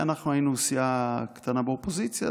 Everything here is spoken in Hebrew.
אנחנו היינו סיעה קטנה באופוזיציה,